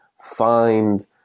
find